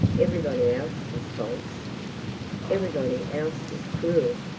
everybody else is false everybody else is cruel.